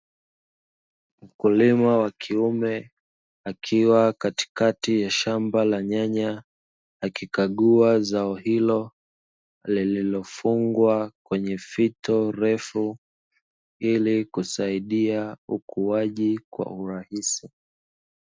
Mkulima wa kiume akiwa katikati ya shamba la nyanya akikagua zao hilo lililofungwa kwenye fito refu ili kusaidia ukuaji kwa urahisi.